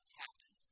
happen